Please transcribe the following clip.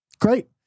Great